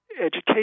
education